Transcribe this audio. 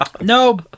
No